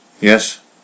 Yes